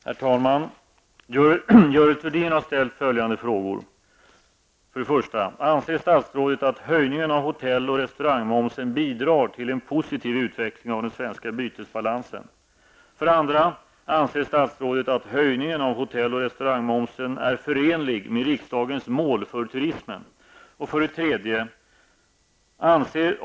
Herr talman! Görel Thurdin har ställt följande frågor: 1. Anser statsrådet att höjningen av hotell och restaurangmomsen bidrar till en positiv utveckling av den svenska bytesbalansen? 2. Anser statsrådet att höjningen av hotell och restaurangmomsen är förenlig med riksdagens mål för turismen? 3.